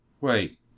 Wait